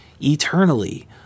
eternally